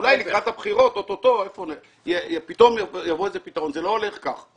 אולי לקראת הבחירות אוטוטו פתאום יבוא איזה פתרון אבל זה לא הולך כך.